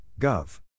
Gov